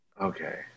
Okay